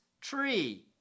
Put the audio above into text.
tree